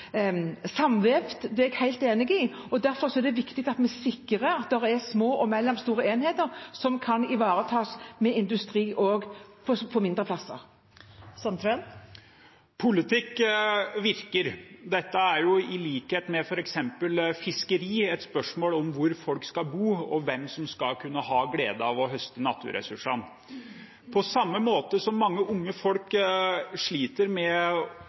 små og mellomstore enheter som kan ivaretas med industri også på mindre plasser. Nils Kristen Sandtrøen – til oppfølgingsspørsmål. Politikk virker. Dette er i likhet med f.eks. fiskeri et spørsmål om hvor folk skal bo og hvem som skal kunne ha glede av å høste naturressursene. På samme måte som mange unge folk sliter med